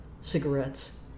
cigarettes